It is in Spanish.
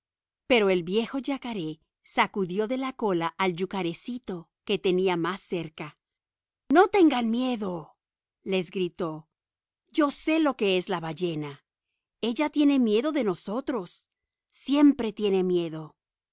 pero el viejo yacaré sacudió de la cola al yacarecito que tenía más cerca no tengan miedo les gritó yo sé lo que es la ballena ella tiene miedo de nosotros siempre tiene miedo